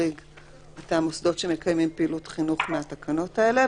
המחריג את המוסדות שמקיימים פעילות חינוך מהתקנות האלה,